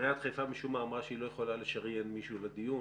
עיריית חיפה משום מה אמרה שהיא לא יכולה לשריין מישהו לדיון.